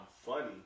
funny